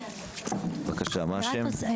בבקשה, מה השם?